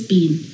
Bean